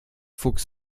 fuchs